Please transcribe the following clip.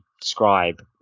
describe